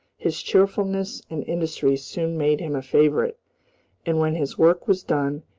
his cheerfulness and industry soon made him a favorite and when his work was done,